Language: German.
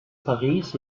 paris